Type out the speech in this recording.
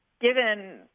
given